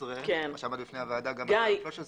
ב-2013